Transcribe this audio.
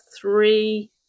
three